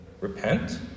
Repent